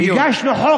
הם לא מקשיבים.